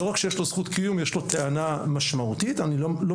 לא רק שיש לו זכות קיום יש לו טענה משמעותית,